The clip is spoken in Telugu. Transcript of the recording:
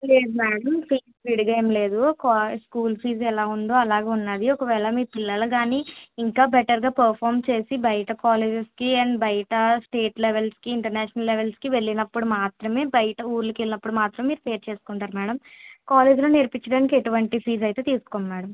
లేదు మేడం ఫీజు విడిగా ఏమి లేదు కాలేజ్ స్కూల్ ఫీజు ఎలాగ ఉందో అలాగే ఉన్నది ఒకవేళ మీ పిల్లలు కానీ ఇంకా బెటర్గా పర్ఫార్మ్ చేసి బయట కాలేజెస్కి అండ్ బయట స్టేట్ లెవెల్కి ఇంటర్నేషనల్ లెవెల్కి వెళ్ళినప్పుడు మాత్రమే బయట ఊళ్ళకి వెళ్ళినప్పుడు మాత్రమే మీరు పే చేసుకుంటారు మేడం కాలేజీలో నేర్పించడానికి ఎటువంటి ఫీజు అయితే తీసుకోము మేడం